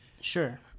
Sure